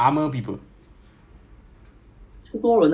ya so 那边没有 bus 那边只有 nine seven five